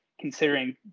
considering